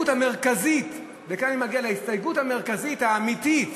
וכאן אני מגיע להסתייגות המרכזית האמיתית